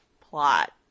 plot